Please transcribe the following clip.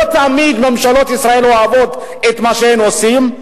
לא תמיד ממשלות ישראל אוהבות את מה שהם עושים,